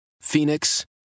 Phoenix